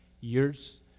years